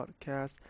podcast